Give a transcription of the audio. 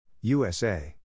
USA